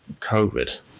COVID